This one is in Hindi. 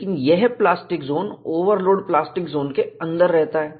लेकिन यह plastic zone overload plastic zone के अंदर रहता है